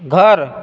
घर